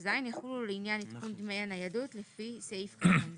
9כז יחולו לעניין עדכון דמי ניידות לפי סעיף קטן זה.